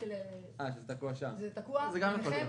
זה תקוע אצלכם,